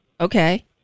okay